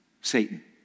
Satan